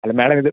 അല്ല മാഡം ഇത്